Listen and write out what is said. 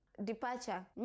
Departure